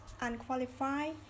unqualified